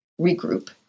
regroup